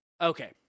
Okay